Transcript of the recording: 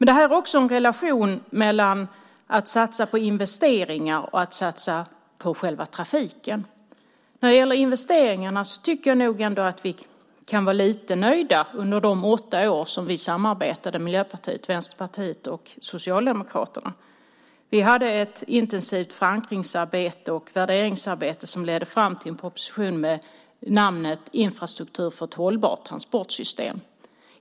Det finns också en relation mellan att satsa på investeringar och att satsa på själva trafiken. När det gäller investeringarna tycker jag nog ändå att vi kan vara lite nöjda med de åtta åren som vi i Miljöpartiet, Vänsterpartiet och Socialdemokraterna samarbetade. Vi hade ett intensivt förankringsarbete och värderingsarbete som ledde fram till en proposition med namnet Infrastruktur för ett hållbart transportsystem .